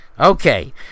Okay